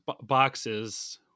boxes